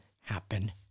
happen